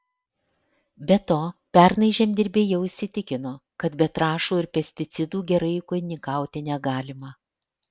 be to pernai žemdirbiai jau įsitikino kad be trąšų ir pesticidų gerai ūkininkauti negalima